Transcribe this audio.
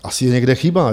Asi je někde chyba.